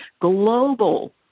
global